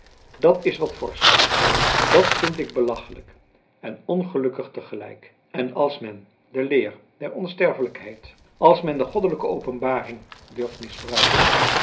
dat is wat forsch dat vind ik belachelijk en ongelukkig tegelijk en als men de leer der onsterfelijkheid als men de goddelijke openbaring durft misbruiken